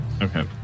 Okay